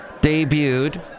debuted